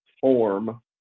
form